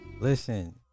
Listen